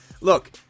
look